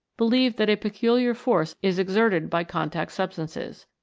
believed that a peculiar force is exerted by contact substances.